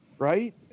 Right